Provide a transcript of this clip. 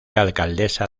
alcaldesa